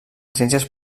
ciències